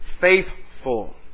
faithful